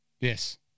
Yes